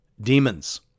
demons